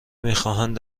میخواهند